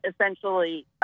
essentially